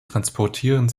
transportieren